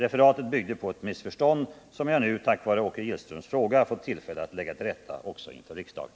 Referatet byggde på ett missförstånd som jag nu, tack vare Åke Gillströms fråga, fått tillfälle att lägga till rätta också inför riksdagen.